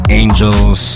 angels